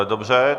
Dobře.